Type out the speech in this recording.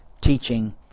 teaching